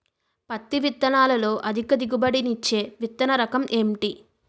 పత్తి విత్తనాలతో అధిక దిగుబడి నిచ్చే విత్తన రకం ఏంటి?